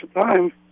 time